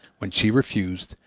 when she refused,